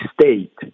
state